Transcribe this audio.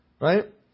right